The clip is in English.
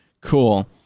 Cool